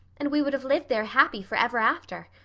and we would have lived there happy for ever after.